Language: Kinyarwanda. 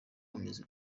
umeze